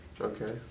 Okay